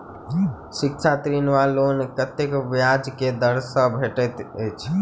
शिक्षा ऋण वा लोन कतेक ब्याज केँ दर सँ भेटैत अछि?